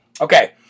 Okay